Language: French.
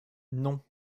non